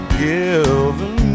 given